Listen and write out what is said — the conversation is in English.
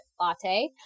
latte